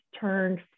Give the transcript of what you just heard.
turned